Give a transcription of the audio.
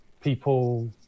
people